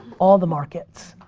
all the markets.